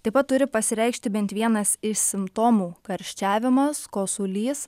taip pat turi pasireikšti bent vienas iš simptomų karščiavimas kosulys